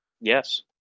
Yes